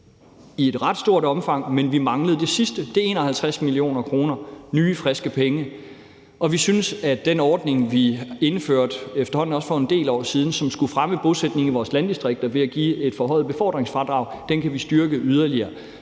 i et ret stort omfang, men vi manglede det sidste. Det er 51 mio. kr., nye, friske penge. Og vi synes, at vi yderligere kan styrke den ordning, vi indførte for efterhånden en del år siden, som skulle fremme bosætningen i landdistrikterne ved at give et forhøjet befordringsfradrag. Så jeg synes, der er